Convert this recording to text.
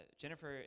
Jennifer